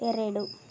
ಎರಡು